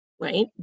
Right